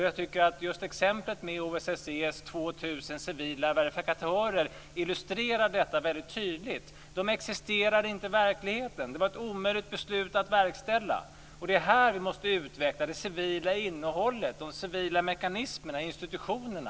Jag tycker att exemplet med OSSE:s 2 000 civila verifikatörer illustrerar detta väldigt tydligt. De existerar inte i verkligheten. Det var ett omöjligt beslut att verkställa. Vi måste utveckla det civila innehållet, de civila mekanismerna och institutionerna.